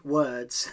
words